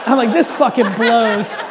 um like, this fucking blows.